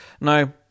now